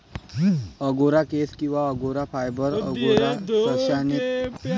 angora केस किंवा angora fibre, angora सशाने तयार केलेल्या डाउनी कोटचा संदर्भ देते